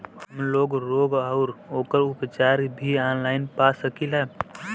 हमलोग रोग अउर ओकर उपचार भी ऑनलाइन पा सकीला?